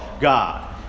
God